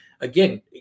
again